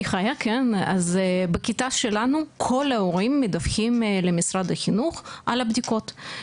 אז בכיתה שלנו כל ההורים מדווחים למשרד החינוך על הבדיקות,